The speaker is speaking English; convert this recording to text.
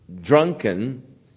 drunken